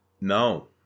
No